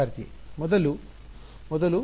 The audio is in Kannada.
ವಿದ್ಯಾರ್ಥಿ ಮೊದಲು ಮೊದಲು